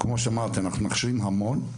אנחנו מכשירים המון.